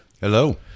Hello